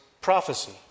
prophecy